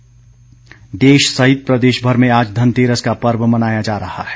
धनतेरस देश सहित प्रदेशभर में आज धनतेरस का पर्व मनाया जा रहा है